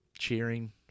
cheering